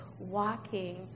walking